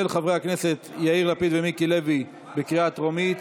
של חברי הכנסת יאיר לפיד ומיקי לוי בקריאה טרומית.